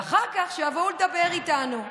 ואחר כך, שיבואו לדבר איתנו.